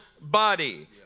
body